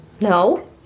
No